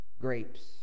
grapes